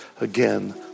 again